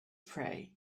pray